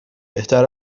بهتر